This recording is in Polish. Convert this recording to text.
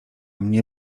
mnie